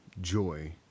Joy